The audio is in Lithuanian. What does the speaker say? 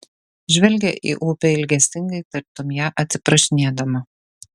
žvelgia į upę ilgesingai tartum ją atsiprašinėdama